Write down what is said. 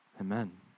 Amen